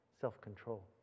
Self-control